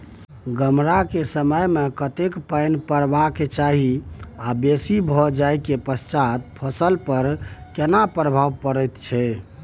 गम्हरा के समय मे कतेक पायन परबाक चाही आ बेसी भ जाय के पश्चात फसल पर केना प्रभाव परैत अछि?